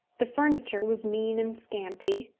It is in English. the furniture was mean and scanty.